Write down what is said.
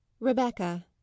Rebecca